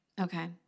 Okay